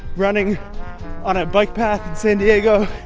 running on a bike path in san diego.